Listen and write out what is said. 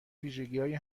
ویژگیهایی